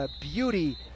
beauty